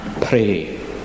pray